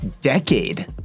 decade